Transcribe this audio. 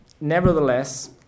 Nevertheless